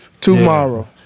Tomorrow